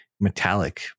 metallic